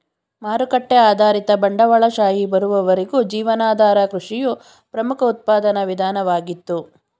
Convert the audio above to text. ಮಾರುಕಟ್ಟೆ ಆಧಾರಿತ ಬಂಡವಾಳಶಾಹಿ ಬರುವವರೆಗೂ ಜೀವನಾಧಾರ ಕೃಷಿಯು ಪ್ರಮುಖ ಉತ್ಪಾದನಾ ವಿಧಾನವಾಗಿತ್ತು